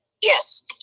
Yes